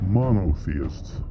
monotheists